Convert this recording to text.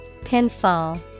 Pinfall